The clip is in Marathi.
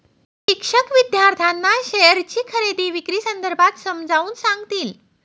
शिक्षक विद्यार्थ्यांना शेअरची खरेदी विक्री संदर्भात समजावून सांगतील